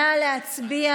נא להצביע.